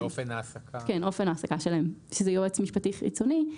אופן העסקה שלהם הוא שזה יועץ משפטי חיצוני.